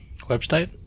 website